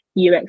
UX